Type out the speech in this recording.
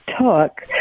took